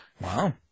Wow